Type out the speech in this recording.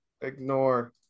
Ignore